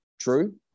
true